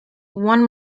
one